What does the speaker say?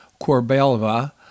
Corbelva